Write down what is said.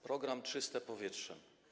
Program „Czyste powietrze”